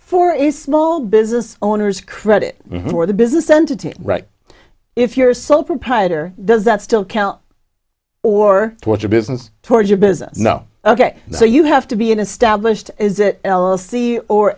for a small business owners credit or the business entity right if you're a sole proprietor does that still count or what your business towards your business no ok so you have to be an established is it l r c or